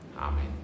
Amen